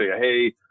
Hey